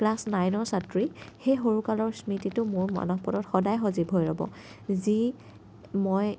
class নাইনৰ ছাত্ৰী সেই সৰুকালৰ স্মৃতিটো মোৰ মানসপটত সদায় সজীৱ হৈ ৰ'ব যি মই